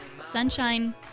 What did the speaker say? sunshine